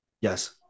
yes